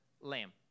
lamb